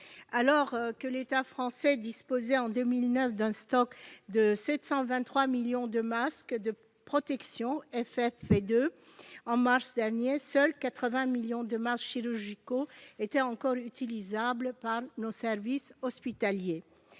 alors que l'État français disposait en 2009 d'un stock de 723 millions de masques de protection FFP2, en mars dernier, seuls 80 millions de masques chirurgicaux étaient encore utilisables par nos services hospitaliers.